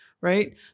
right